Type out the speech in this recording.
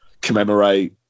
commemorate